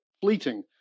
fleeting